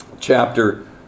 chapter